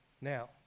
Now